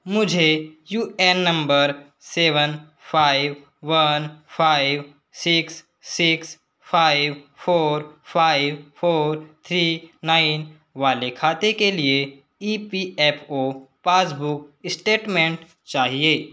मुझे U N number seven five one five six six five four five four three nine वाले खाते के लिए E P F O passbook statement चाहिए